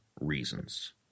reasons